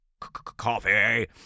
coffee